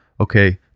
okay